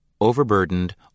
Overburdened